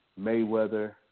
Mayweather